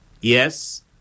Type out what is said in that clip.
Yes